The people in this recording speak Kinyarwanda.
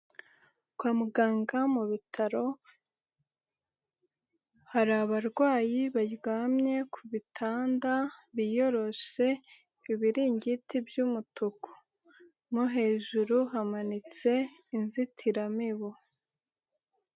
Kwa muganga mu bitaro hari abarwayi baryamye ku bitanda biyoroshe ibiringiti by'umutuku no hejuru hamanitse inzitiramibu.